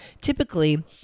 Typically